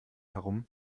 herum